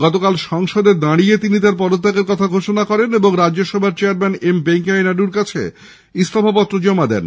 গতকাল সংসদে দাঁড়িয়ে তিনি তাঁর পদত্যাগের কথা ঘোষণা করেন এবং রাজ্যসভার চেয়ারম্যান এমভেঙ্কাইয়া নাইডুর কাছে পদত্যাগপত্র জমা দেন